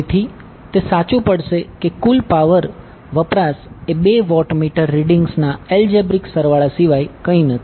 તેથી તે સાચું પડશે કે કુલ પાવર વપરાશ એ બે વોટમીટર રીડિંગ્સના એલ્જેબ્રિક સરવાળા સિવાય કંઈ નથી